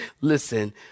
Listen